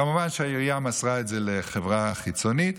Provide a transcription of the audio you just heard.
כמובן שהעירייה מסרה את זה לחברה חיצונית.